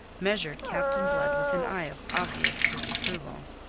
measured captain blood with an eye of obvious disapproval.